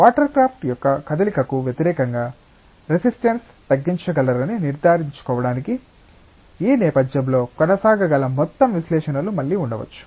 watercraft యొక్క కదలికకు వ్యతిరేకంగా రెసిస్టన్స్స్ తగ్గించగలరని నిర్ధారించుకోవడానికి ఈ నేపథ్యంలో కొనసాగగల మొత్తం విశ్లేషణలు మళ్లీ ఉండవచ్చు